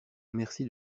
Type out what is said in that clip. merci